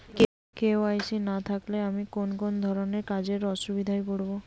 KYC না থাকলে আমি কোন কোন ধরনের কাজে অসুবিধায় পড়ব?